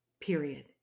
period